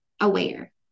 aware